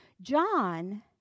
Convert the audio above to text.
John